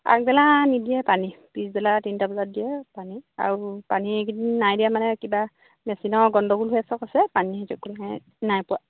আগবেলা নিদিয়ে পানী পিছবেলা তিনিটা বজাত দিয়ে পানী আৰু পানীকেইদিন নাই দিয়ে মানে কিবা মেচিনৰ গণ্ডগোল হৈ হৈছে কৈছে পানী সেইটো কাৰণে নাই পোৱা